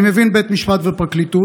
אני מבין בית משפט ופרקליטות,